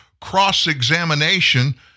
cross-examination